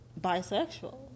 bisexual